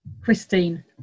Christine